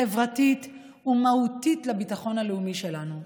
חברתית ומהותית לביטחון הלאומי שלנו.